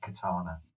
katana